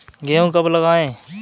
गेहूँ कब लगाएँ?